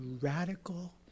radical